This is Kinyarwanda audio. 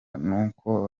n’uko